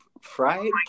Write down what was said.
Fried